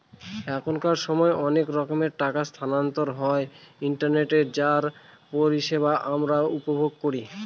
এখনকার সময় অনেক রকমের টাকা স্থানান্তর হয় ইন্টারনেটে যার পরিষেবা আমরা উপভোগ করি